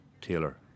Taylor